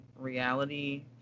reality